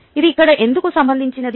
ఇది ఇక్కడ ఎందుకు సంబంధించినది